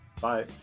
bye